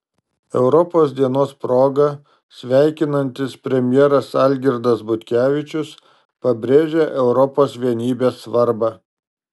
europos dienos proga sveikinantis premjeras algirdas butkevičius pabrėžia europos vienybės svarbą